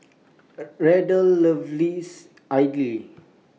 Randall loves Idly